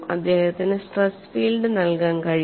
അദ്ദേഹത്തിന് stress field നൽകാൻ കഴിയും